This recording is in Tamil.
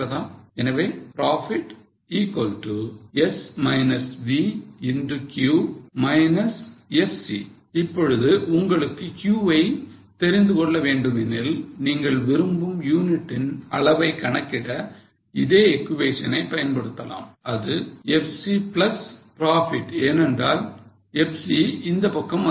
எனவே Profit Q FC இப்பொழுது உங்களுக்கு Q வை தெரிந்து கொள்ள வேண்டுமெனில் நீங்கள் விரும்பும் யூனிட்டின் அளவை கணக்கிட இதே equation பயன்படுத்தலாம் அது FC plus profit ஏனென்றால் FC இந்த பக்கம் வந்து விடும்